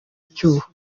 icyuho